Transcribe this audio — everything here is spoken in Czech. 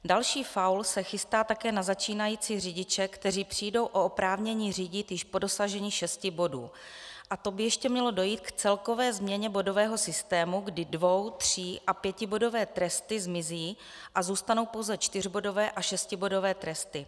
Další faul se chystá také na začínající řidiče, kteří přijdou o oprávnění řídit již při dosažení šesti bodů, a to by ještě mělo dojít k celkové změně bodového systému, kdy dvou, tří a pětibodové tresty zmizí a zůstanou pouze čtyřbodové a šestibodové tresty.